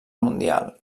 mundial